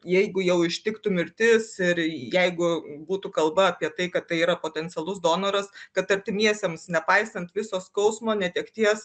jeigu jau ištiktų mirtis ir jeigu būtų kalba apie tai kad tai yra potencialus donoras kad artimiesiems nepaisant viso skausmo netekties